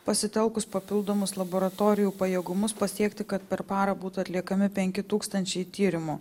pasitelkus papildomus laboratorijų pajėgumus pasiekti kad per parą būtų atliekami penki tūkstančiai tyrimų